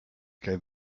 gave